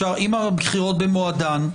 אם הבחירות במועדן,